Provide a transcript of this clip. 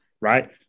Right